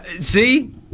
See